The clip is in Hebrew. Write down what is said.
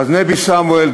אז נבי-סמואל,